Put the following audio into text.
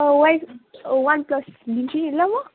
अँ वाइन one plus लिन्छु नि ल म